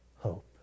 hope